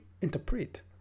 interpret